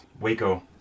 Waco